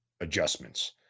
adjustments